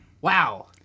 Wow